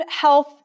health